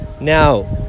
now